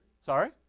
Sorry